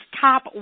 top